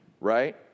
right